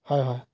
হয় হয়